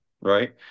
right